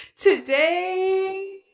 Today